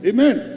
Amen